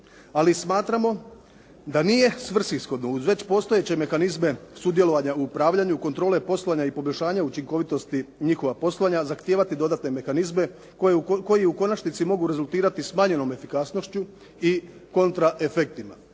Ali smatramo da nije svrsishodno uz već postojeće mehanizme sudjelovanja u upravljanju, kontrole poslovanja i poboljšanja učinkovitosti njihova poslovanja, zahtijevati dodatne mehanizme koji u konačnici mogu rezultirati smanjenom efikasnošću i kontra efektima.